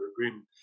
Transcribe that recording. agreement